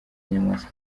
nyamwasa